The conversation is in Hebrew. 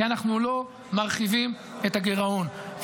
כי אנחנו לא מרחיבים את הגירעון.